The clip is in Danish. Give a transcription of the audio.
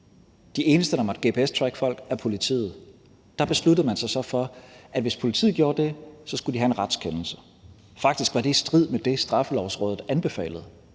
De eneste, der må gps-tracke folk, er politiet. Der besluttede man sig så for, at hvis politiet gjorde det, skulle de have en retskendelse. Faktisk var det i strid med, hvad Straffelovrådet anbefalede.